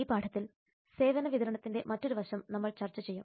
ഈ പാഠത്തിൽ സേവന വിതരണത്തിന്റെ മറ്റൊരു വശം നമ്മൾ ചർച്ച ചെയ്യും